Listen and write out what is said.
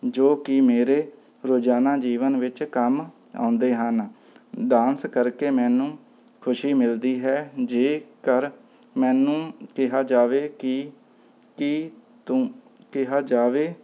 ਜੋ ਕਿ ਮੇਰੇ ਰੋਜ਼ਾਨਾ ਜੀਵਨ ਵਿੱਚ ਕੰਮ ਆਉਂਦੇ ਹਨ ਡਾਂਸ ਕਰਕੇ ਮੈਨੂੰ ਖੁਸ਼ੀ ਮਿਲਦੀ ਹੈ ਜੇ ਕਰ ਮੈਨੂੰ ਕਿਹਾ ਜਾਵੇ ਕਿ ਕੀ ਤੂੰ ਕਿਹਾ ਜਾਵੇ